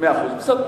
מאה אחוז, בסדר,